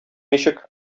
ничек